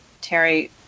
Terry